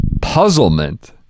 puzzlement